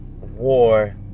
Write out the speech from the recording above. war